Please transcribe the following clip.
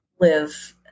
live